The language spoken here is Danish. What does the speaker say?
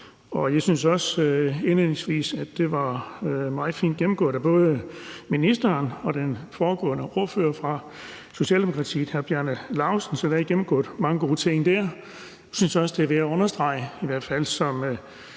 jeg synes også, at det indledningsvis var meget fint gennemgået af både ministeren og den foregående ordfører fra Socialdemokratiet, hr. Bjarne Laustsen. Så der er gennemgået mange gode ting der. Jeg synes også, det er værd at understrege, at der, i hvert fald